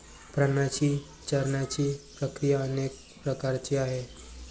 प्राण्यांची चरण्याची प्रक्रिया अनेक प्रकारची आहे